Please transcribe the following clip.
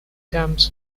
comes